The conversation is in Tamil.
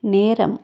நேரம்